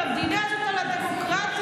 על המדינה הזאת, על הדמוקרטיה.